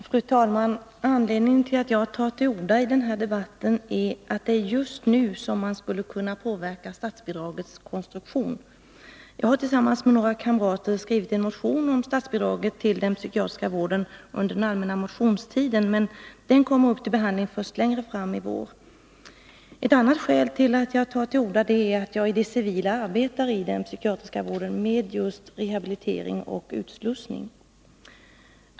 Fru talman! Anledningen till att jag tar till orda i denna debatt är att det är just nu som man skulle kunna påverka statsbidragets konstruktion. Jag har tillsammans med några kamrater under den allmänna motionstiden skrivit en motion om statsbidraget till den psykiatriska vården, men den kommer upp till behandling först längre fram i vår. Ett annat skäl till att jag tar till orda är att jag i det civila arbetar i den psykiatriska vården med rehabilitering och utslussning.